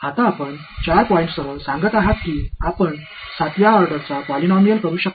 आता आपण 4 पॉईंट्ससह सांगत आहात की आपण 7 व्या ऑर्डरचा पॉलिनॉमियल करू शकता